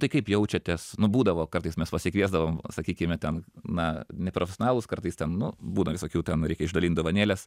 tai kaip jaučiatės nu būdavo kartais mes pasikviesdavom sakykime ten na neprofesionalūs kartais ten nu būna visokių ten reikia išdalint dovanėles